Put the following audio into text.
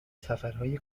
سفرهای